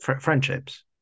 friendships